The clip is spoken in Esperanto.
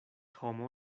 homo